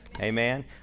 Amen